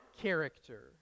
character